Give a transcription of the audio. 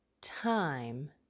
time